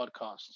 Podcasts